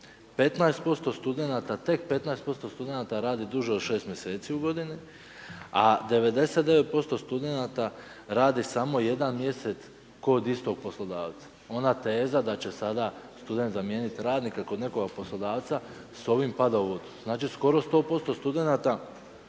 u godini. Tek 15% studenata radi duže od 6 mj. u godini a 99% studenata radi samo jedan mjesec kod istog poslodavca. Ona teza da će sada student zamijeniti radnika kod nekog poslodavca s ovim pada u vodu, znači skoro 100% studenata